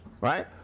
Right